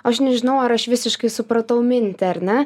aš nežinau ar aš visiškai supratau mintį ar ne